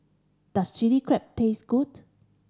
does Chili Crab taste good